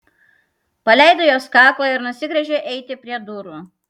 paleido jos kaklą ir nusigręžė eiti prie durų